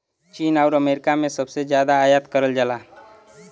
चीन आउर अमेरिका से सबसे जादा आयात करल जाला